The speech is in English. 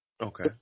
Okay